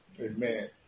Amen